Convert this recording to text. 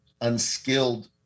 unskilled